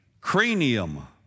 cranium